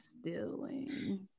stealing